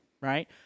right